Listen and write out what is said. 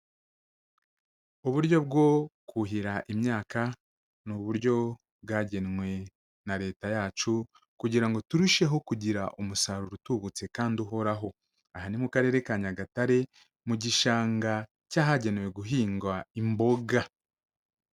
Uburyo bwo kuhira imyaka ni uburyo bwagenwe na Leta yacu kugira ngo turusheho kugira umusaruro utubutse kandi uhoraho. Aha ni mu karere ka Nyagatare, mu gishanga cy'ahagenewe guhingwa imboga.